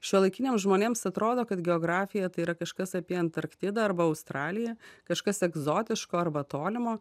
šiuolaikiniams žmonėms atrodo kad geografija tai yra kažkas apie antarktidą arba australiją kažkas egzotiško arba tolimo